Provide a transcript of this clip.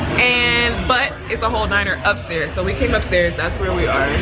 and but, it's a whole diner upstairs. so we came upstairs, that's where we are.